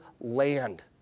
land